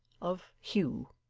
of hugh.